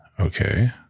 Okay